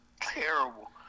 Terrible